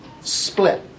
split